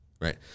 right